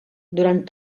durant